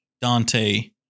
Dante